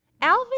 Alvin